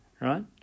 right